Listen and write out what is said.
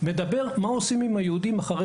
מתעסק בשאלה ״מה עושים עם היהודים אחרי